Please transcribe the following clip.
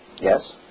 Yes